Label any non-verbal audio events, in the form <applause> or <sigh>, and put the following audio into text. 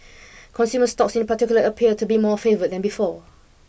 consumer stocks in particular appear to be more favoured than before <noise>